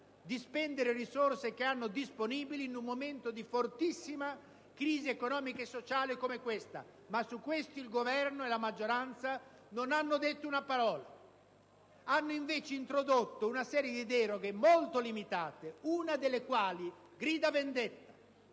di spendere risorse a loro disposizione in un momento di fortissima crisi economica e sociale come questa. Su questo tema, però, Governo e maggioranza non hanno detto una parola. Hanno, invece, introdotto una serie di deroghe molto limitate, una delle quali grida vendetta: